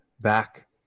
back